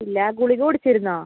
ഇല്ലേ ഗുളിക കുടിച്ചിരുന്നോ